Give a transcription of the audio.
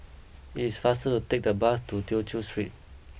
it is faster to take the bus to Tew Chew Street